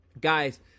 Guys